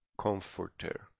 comforter